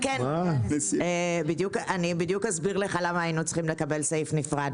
אני אסביר לך בדיוק למה היינו צריכים לקבל סעיף נפרד.